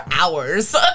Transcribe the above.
hours